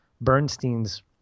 Bernstein's